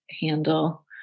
handle